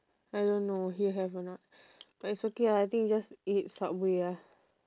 I don't know here have or not but it's okay ah I think just eat subway ah